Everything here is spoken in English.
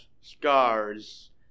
scars